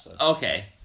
Okay